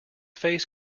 face